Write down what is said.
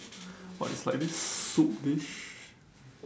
but it's like this soup dish